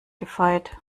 gefeit